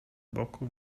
boku